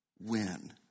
win